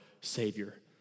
Savior